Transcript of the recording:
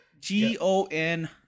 G-O-N